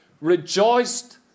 rejoiced